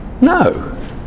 No